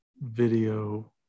video